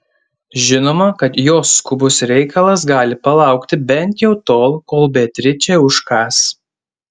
žinoma kad jos skubus reikalas gali palaukti bent jau tol kol beatričė užkąs